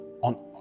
on